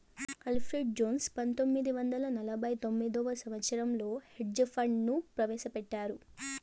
Alfred Jones పంతొమ్మిది వందల నలభై తొమ్మిదవ సంవచ్చరంలో హెడ్జ్ ఫండ్ ను ప్రవేశపెట్టారు